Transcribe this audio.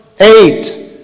Eight